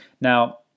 Now